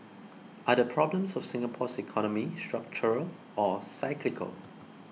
are the problems of Singapore's economy structural or cyclical